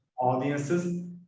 audiences